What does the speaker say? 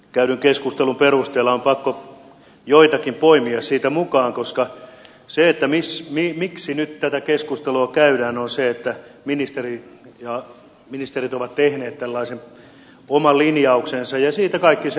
käydyn keskustelun perusteella on pakko jotakin poimia siitä mukaan koska se miksi nyt tätä keskustelua käydään on se että ministerit ovat tehneet tällaisen oman linjauksensa ja siitä kaikki se arvonanto heille